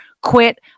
quit